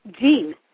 gene